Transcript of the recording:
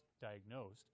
diagnosed